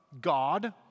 God